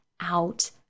out